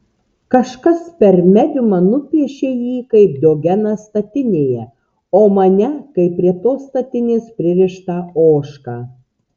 kažkas per mediumą nupiešė jį kaip diogeną statinėje o mane kaip prie tos statinės pririštą ožką